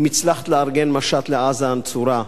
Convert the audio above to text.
אם הצלחת לארגן משט לעזה הנצורה,